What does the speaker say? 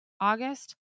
August